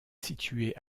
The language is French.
située